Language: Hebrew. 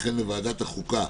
וכן לוועדת החוקה"